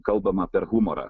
kalbama per humorą